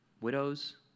Widows